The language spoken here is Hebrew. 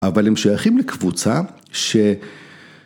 ‫אבל הם שייכים לקבוצה ש...